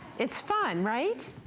it is fun right?